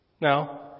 Now